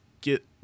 get